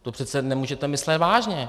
To přece nemůžete myslet vážně.